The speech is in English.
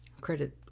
Credit